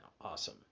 awesome